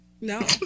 No